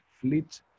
fleet